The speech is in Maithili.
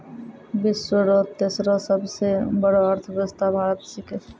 विश्व रो तेसरो सबसे बड़ो अर्थव्यवस्था भारत छिकै